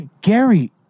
Gary